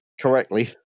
correctly